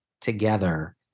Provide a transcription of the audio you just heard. together